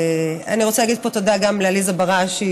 אני רוצה להגיד פה תודה גם לעליזה בראשי,